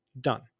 Done